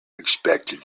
expected